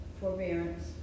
forbearance